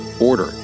order